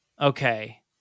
Okay